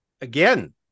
again